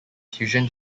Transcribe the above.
fusion